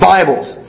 Bibles